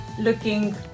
looking